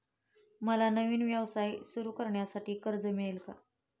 मला नवीन व्यवसाय सुरू करण्यासाठी कर्ज मिळेल का?